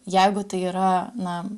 jeigu tai yra na